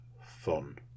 fun